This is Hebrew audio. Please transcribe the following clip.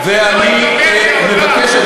ואני מבקש,